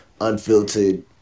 unfiltered